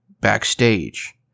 backstage